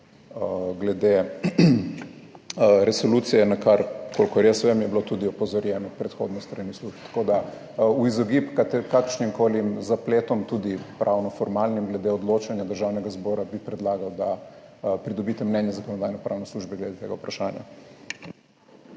glede resolucije, na kar, kolikor jaz vem, je bilo tudi opozorjeno predhodno s strani služb. Tako da v izogib kakršnimkoli zapletom, tudi formalnopravnim glede odločanja Državnega zbora, bi predlagal, da pridobite mnenje Zakonodajno-pravne službe glede tega vprašanja.